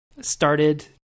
started